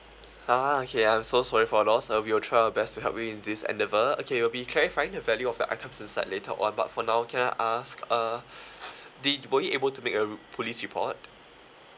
ah okay I'm so sorry for your loss uh we will try our best to help you in this endeavour okay we'll be clarifying the value of the items inside later on but for now can I ask uh did were you able to make a police report